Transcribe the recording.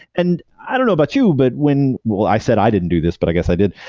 and i don't know about you, but when well, i said i didn't do this, but i guess i did.